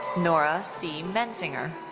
nora c. mencinger.